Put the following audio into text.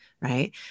right